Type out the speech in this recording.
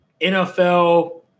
NFL